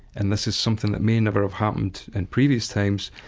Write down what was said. and this is something that may never have happened and previous times,